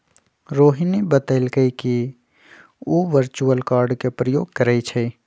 रोहिणी बतलकई कि उ वर्चुअल कार्ड के प्रयोग करई छई